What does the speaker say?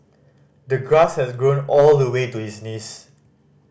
the grass has grown all the way to his knees